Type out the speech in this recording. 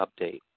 update